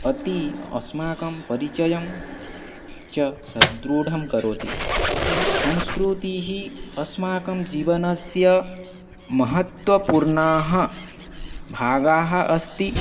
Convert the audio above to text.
अति अस्माकं परिचयं च सुदृढं करोति संस्कृतिः अस्माकं जीवनस्य महत्वपूर्णः भागः अस्ति